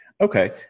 Okay